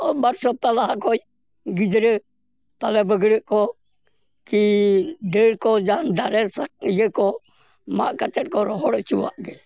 ᱵᱟᱨ ᱥᱚᱯᱛᱟ ᱞᱟᱦᱟ ᱠᱷᱚᱡ ᱜᱤᱫᱽᱨᱟᱹ ᱛᱟᱞᱮ ᱵᱟᱹᱜᱽᱲᱟᱹᱜ ᱠᱚ ᱠᱤ ᱰᱟᱹᱨ ᱠᱚ ᱫᱟᱨᱮ ᱥᱟᱠ ᱤᱭᱟᱹ ᱠᱚ ᱢᱟᱜ ᱠᱟᱛᱮᱫ ᱠᱚ ᱨᱚᱚᱦᱚᱲ ᱪᱚᱣᱟᱜ ᱜᱮ